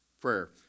prayer